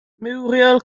muriel